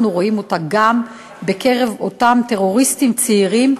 רואים אותה גם בקרב אותם טרוריסטים צעירים,